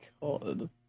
God